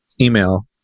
email